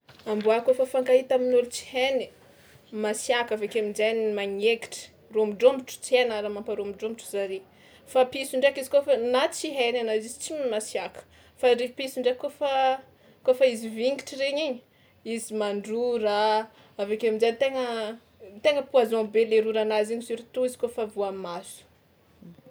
Amboa kaofa fankahita amin'ôlo tsy hainy, masiàka avy ake amin-jainy magnaikitra, rômodrômotro tsy na raha mamparômodrômotro zare, fa piso ndraiky izy kaofa na tsy hainy anao iz- izy tsy masiàka fa ndraiky piso ndraiky kaofa kaofa izy vingitra regny igny, izy mandrora avy ake amin-jay tegna tegna poison be le roranazy iny surtout izy kaofa voa maso.